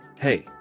hey